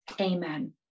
Amen